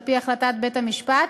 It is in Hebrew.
על-פי החלטת בית-המשפט,